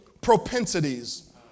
propensities